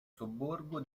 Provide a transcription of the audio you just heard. sobborgo